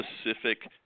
specific